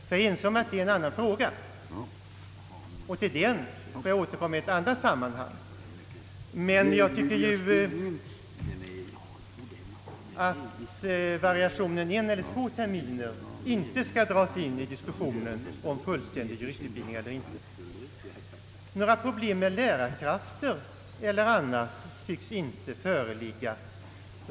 Jag är ense om att detta är en annan fråga, och till den skall jag återkomma i ett annat sammanhang. Men jag tycker att frågan om en eller två terminer inte skall dras in i diskussionen om fullständig juristutbildning eller inte. Några problem med lärarkrafter eller annat tycks inte föreligga.